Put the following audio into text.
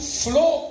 flow